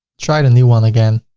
try the new one again,